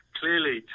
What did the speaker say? clearly